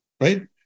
right